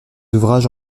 ouvrages